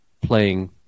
playing